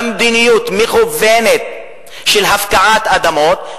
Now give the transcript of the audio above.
במדיניות מכוונת של הפקעת אדמות,